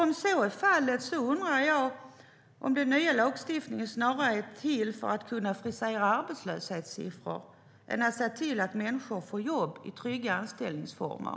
Om så är fallet undrar jag om den nya lagstiftningen snarare är till för att kunna frisera arbetslöshetssiffror än för att se till att människor får jobb i trygga anställningsformer.